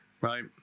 right